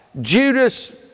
Judas